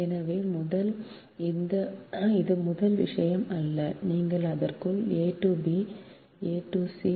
எனவே இது முதல் விஷயம் அல்லது நீங்கள் அதற்குள் a to b a to c a to d